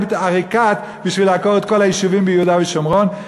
עריקאת בשביל לעקור את כל היישובים ביהודה ושומרון.